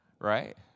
Right